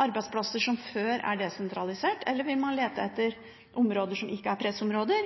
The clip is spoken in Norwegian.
arbeidsplasser som før er desentralisert, inn til pressområder? Eller vil man lete etter områder som ikke er pressområder?